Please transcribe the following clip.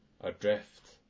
Adrift